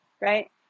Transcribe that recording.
Right